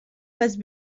faces